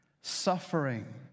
suffering